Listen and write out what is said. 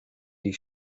die